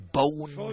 bone